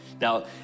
Now